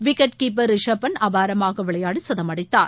wicket keeper Rishabh Pant அபாரமாக விளையாடி சதமடித்தார்